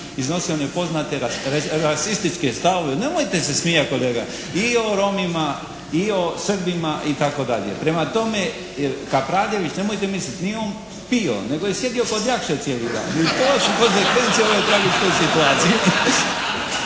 iznosio one poznate rasističke stavove, nemojte se smijati kolega, i o Romima i o Srbima itd. Prema tome, Kapravljević nemojte misliti, nije on pio nego je sjedio kod Jakše cijeli dan. …/Govornik se ne razumije./… ove situacije.